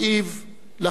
משפחות יקרות,